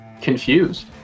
confused